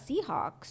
Seahawks